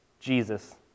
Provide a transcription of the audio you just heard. Jesus